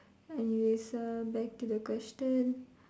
anyways uh back to the question